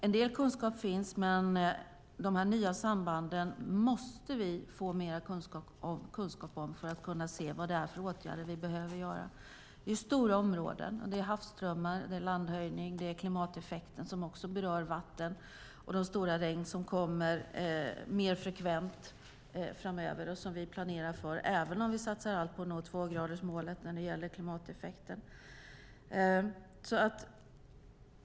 En del kunskap finns, men vi måste få mer kunskap om de nya sambanden för att veta vilka åtgärder vi behöver vidta. Det är fråga om stora områden med havsströmmar och landhöjning. Klimateffekten berör också vatten. Dessutom har vi de stora regn som framöver kommer att komma mer frekvent och som vi planerar för. Regnen kommer även om vi satsar allt på att nå tvågradersmålet när det gäller klimatet.